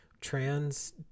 trans